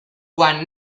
quan